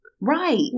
Right